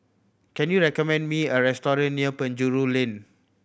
can you recommend me a restaurant near Penjuru Lane